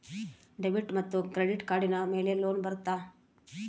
Debit ಮತ್ತು credit ಕಾರ್ಡಿನ ಮೇಲೆ ಲೋನ್ ಬರುತ್ತಾ?